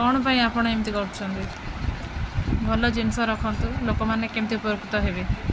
କ'ଣ ପାଇଁ ଆପଣ ଏମିତି କରୁଛନ୍ତି ଭଲ ଜିନିଷ ରଖନ୍ତୁ ଲୋକମାନେ କେମିତି ଉପକୃତ ହେବେ